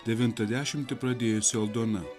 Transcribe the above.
devintą dešimtį pradėjusi aldona